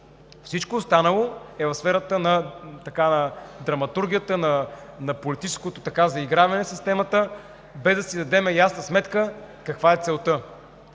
Всичко останало е в сферата на драматургията, на политическото заиграване с темата, без да си дадем ясна сметка каква е целта.